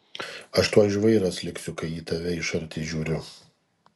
aš tuoj žvairas liksiu kai į tave iš arti žiūriu